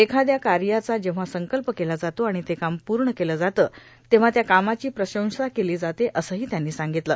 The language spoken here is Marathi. एखाद्या कार्याचा जेव्हा संकल्प केला जातो आणि ते काम पूर्ण केलं जातं तेव्हा त्या कामाची प्रशंसा केली जाते असंही त्यांनी सांगितलं